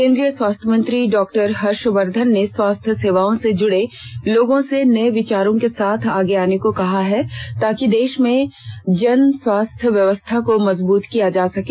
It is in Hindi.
कोन्द्रीय स्वास्थ्य मंत्री डॉक्टर हर्षवर्धन ने स्वास्थ्य सेवाओं से जुड़े लोगों से नये विचारों के साथ आगे आने को कहा है ताकि देश में जन स्वास्थ्य व्यवस्था को मजबूत किया जा सके